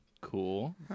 Cool